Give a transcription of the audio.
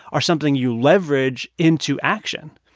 are something you leverage into action.